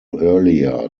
earlier